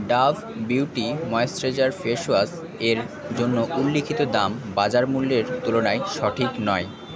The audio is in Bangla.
ডাভ বিউটি ময়েশ্চারাইজার ফেসওয়াশ এর জন্য উল্লিখিত দাম বাজার মূল্যের তুলনায় সঠিক নয়